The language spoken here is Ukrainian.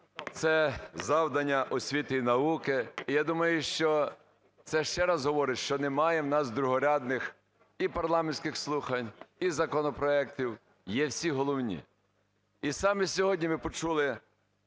це завдання освіти і науки. І я думаю, що це ще раз говорить, що немає в нас другорядних і парламентських слухань, і законопроектів, є всі головні. І саме сьогодні ми почули